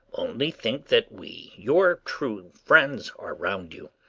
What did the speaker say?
only think that we, your true friends, are round you,